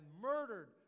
murdered